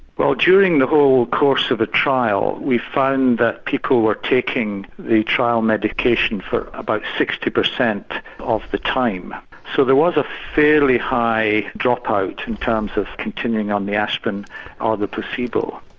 well during the whole course of the trial we found that people were taking the trial medication for about sixty percent of the time so there was a fairly high dropout in terms of continuing on the aspirin or the placebo.